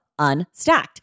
Unstacked